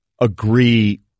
agree